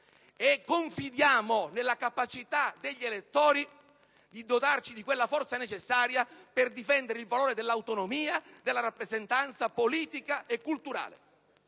e confidiamo nella volontà degli elettori di dotarci della forza necessaria a difendere il valore dell'autonomia, della rappresentanza politica e culturale.